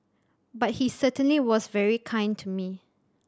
but he certainly was very kind to me